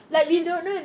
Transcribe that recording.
she's